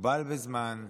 מוגבל בזמן,